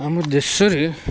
ଆମ ଦେଶରେ